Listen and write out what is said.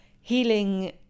healing